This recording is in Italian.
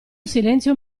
silenzio